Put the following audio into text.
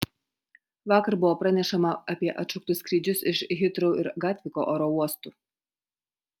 vakar buvo pranešama apie atšauktus skrydžius iš hitrou ir gatviko oro uostų